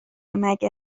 مگه